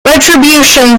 retribution